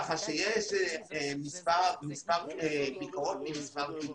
כך שיש מספר בדיקות ממספר כיוונים.